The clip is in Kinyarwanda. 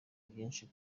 byinshi